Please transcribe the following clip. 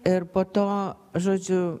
ir po to žodžiu